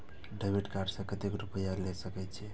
Debit card से कतेक रूपया ले सके छै?